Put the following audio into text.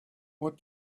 what